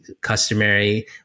customary